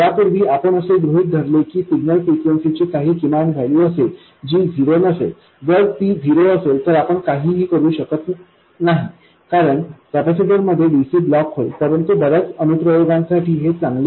पूर्वीप्रमाणे आपण असे गृहित धरले की सिग्नल फ्रिक्वेन्सी ची काही किमान व्हॅल्यू असेल जी झिरो नसेल जर ती झिरो असेल तर आपण काहीही करू शकत नाही कारण कॅपेसिटरमध्ये dc ब्लॉक होईल परंतु बर्याच अनुप्रयोगांसाठी हे चांगले आहे